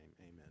Amen